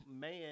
man